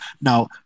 Now